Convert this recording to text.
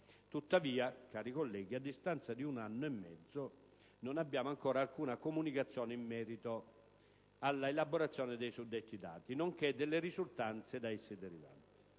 Tuttavia, cari colleghi, a distanza di un anno e mezzo non abbiamo ancora alcuna comunicazione in merito alla elaborazione dei suddetti dati, nonché delle risultanze da essi derivanti.